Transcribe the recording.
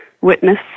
witness